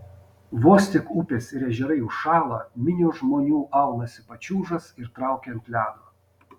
vos tik upės ir ežerai užšąla minios žmonių aunasi pačiūžas ir traukia ant ledo